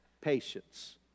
patience